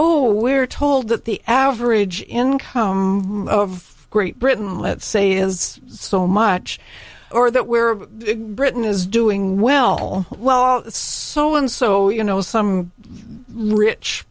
oh we're told that the average income of great britain let's say is so much or that where britain is doing well well so and so you know some rich